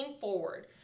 forward